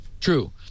True